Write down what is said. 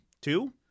Two